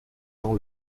dans